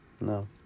No